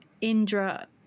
indra